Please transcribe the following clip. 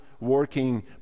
Working